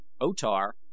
O-Tar